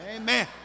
Amen